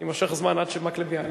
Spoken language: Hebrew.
בבקשה, אדוני.